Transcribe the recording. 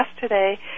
today